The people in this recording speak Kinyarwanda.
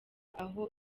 aho